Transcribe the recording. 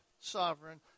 sovereign